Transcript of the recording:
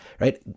right